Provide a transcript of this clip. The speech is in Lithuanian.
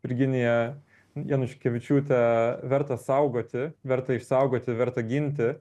virginija januškevičiūte verta saugoti verta išsaugoti verta ginti